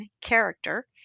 Character